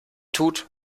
tut